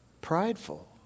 prideful